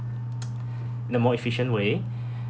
the more efficient way